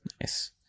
Nice